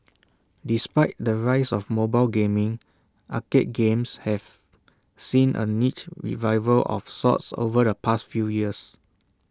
despite the rise of mobile gaming arcade games have seen A niche revival of sorts over the past few years